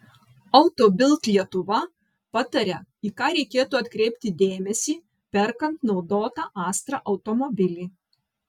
auto bild lietuva pataria į ką reikėtų atkreipti dėmesį perkant naudotą astra automobilį